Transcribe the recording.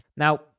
Now